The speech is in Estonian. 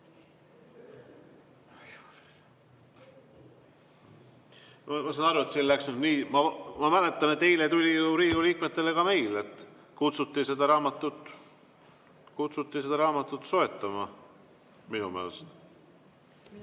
Ma saan aru, et see läks nüüd nii ... Ma mäletan, et eile tuli ju Riigikogu liikmetele ka meil ja kutsuti seda raamatut soetama, minu meelest.